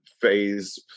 phase